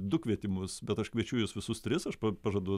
du kvietimus bet aš kviečiu jus visus tris aš pa pažadu